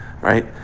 right